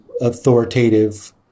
authoritative